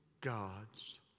God's